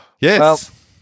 Yes